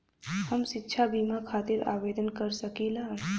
हम शिक्षा बीमा खातिर आवेदन कर सकिला?